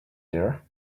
there